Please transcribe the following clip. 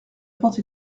porte